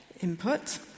input